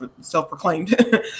self-proclaimed